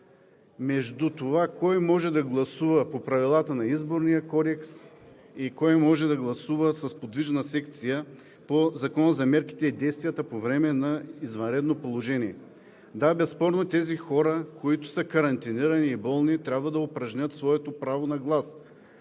между това кой може да гласува по правилата на Изборния кодекс и кой може да гласува с подвижна секция по Закона за мерките и действията по време на извънредното положение. Да, безспорно тези хора, които са карантинирани и болни, трябва да упражнят своето право на глас,